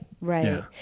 Right